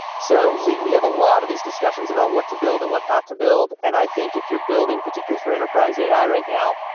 so we we have a lot of these discussions about what to build and what not to build, and i think if you're building, particular for enterprise a i. right now,